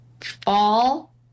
fall